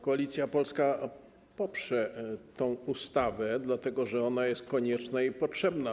Koalicja Polska poprze tę ustawę, dlatego że ona jest konieczna i potrzebna.